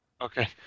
Okay